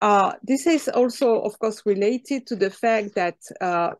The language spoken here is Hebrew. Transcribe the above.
זה גם, כמובן, קשור לעובדה ש..